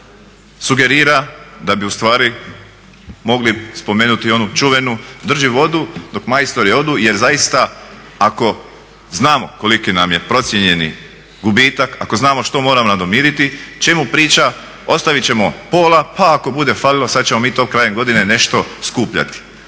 Sugerira da bi ustvari mogli spomenuti onu čuvenu drži vodu dok majstori odu jer zaista ako znamo koliki nam je procijenjeni gubitak ako znamo što moramo nadomiriti čemu priča, ostavit ćemo pola pa ako bude falilo sada ćemo mi to krajem godine nešto skupljati.